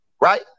right